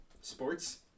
Sports